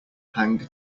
hang